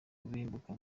kurimbuka